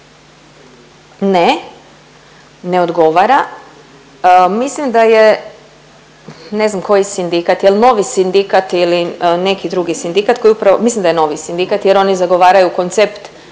Ne, ne odgovara, mislim da je ne znam koji sindikat jel novi sindikat ili neki drugi sindikat koji upravo, mislim da je novi sindikat jer oni zagovaraju koncept